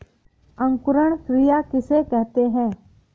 अंकुरण क्रिया किसे कहते हैं?